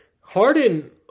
Harden